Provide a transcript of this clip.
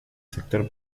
sector